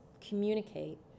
communicate